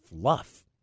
fluff